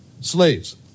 slaves